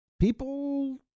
People